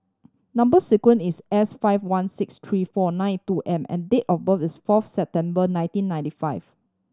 number sequence is S five one six three four nine two M and date of birth is fourth September nineteen ninety five